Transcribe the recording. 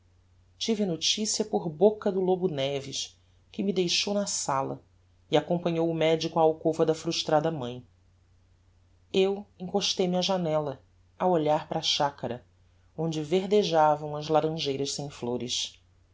tive a noticia por boca do lobo neves que me deixou na sala e acompanhou o medico á alcova da frustrada mãe eu encostei me á janella a olhar para a chacara onde verdejavam as laranjeiras sem flores